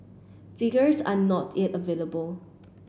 figures are not yet available